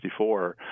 1964